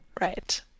Right